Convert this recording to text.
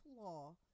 law